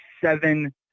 seven